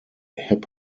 hip